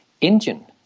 engine